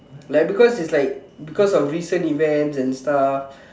like because is like because of recent events and stuff